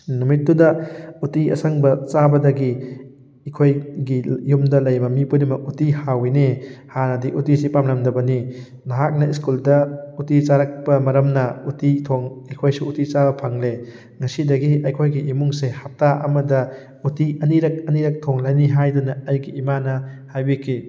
ꯅꯨꯃꯤꯠꯇꯨꯗ ꯎꯇꯤ ꯑꯁꯪꯕ ꯆꯥꯕꯗꯒꯤ ꯑꯩꯈꯣꯏꯒꯤ ꯌꯨꯝꯗ ꯂꯩꯕ ꯃꯤ ꯈꯨꯗꯤꯡꯃꯛ ꯎꯇꯤ ꯍꯥꯎꯋꯤꯅꯦ ꯍꯥꯟꯅꯗꯤ ꯎꯇꯤꯁꯤ ꯄꯥꯝꯂꯝꯗꯕꯅꯤ ꯅꯍꯥꯛꯅ ꯁ꯭ꯀꯨꯜꯗ ꯎꯇꯤ ꯆꯥꯔꯛꯄ ꯃꯔꯝꯅ ꯎꯇꯤ ꯊꯣꯡ ꯑꯩꯈꯣꯏꯁꯨ ꯎꯇꯤ ꯆꯥꯕ ꯐꯪꯂꯦ ꯉꯁꯤꯗꯒꯤ ꯑꯩꯈꯣꯏꯒꯤ ꯏꯃꯨꯡꯁꯦ ꯍꯞꯇꯥ ꯑꯃꯗ ꯎꯇꯤ ꯑꯅꯤꯔꯛ ꯑꯅꯤꯔꯛ ꯊꯣꯡꯂꯅꯤ ꯍꯥꯏꯗꯨꯅ ꯑꯩꯒꯤ ꯏꯃꯥꯅ ꯍꯥꯏꯕꯤꯈꯤ